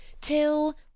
till